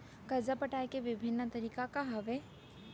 करजा पटाए के विभिन्न तरीका का हवे?